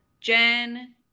jen